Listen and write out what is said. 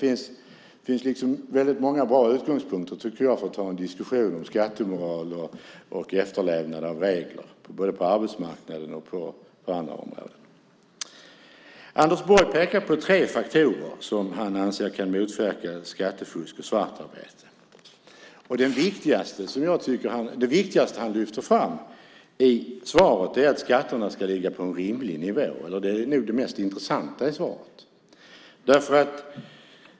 Det finns alltså väldigt många bra utgångspunkter, tycker jag, för att ta en diskussion om skattemoral och efterlevnad av regler både på arbetsmarknaden och på andra områden. Anders Borg pekar på tre faktorer som han anser kan motverka skattefusk och svartarbete. Det viktigaste han lyfter fram i svaret är att skatterna ska ligga på en rimlig nivå. Det är nog det mest intressanta i svaret.